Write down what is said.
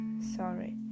Sorry